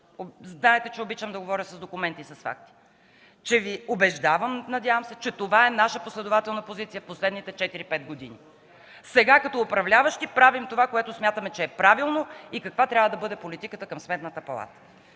знаете, че обичам да говоря с документи и с факти – Ви убеждавам, надявам се, че това е наша последователна позиция в последните 4-5 години. Сега, като управляващи, правим това, което смятаме, че е правилно и каква трябва да бъде политиката към Сметната палата.